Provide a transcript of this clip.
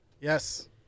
Yes